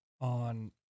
on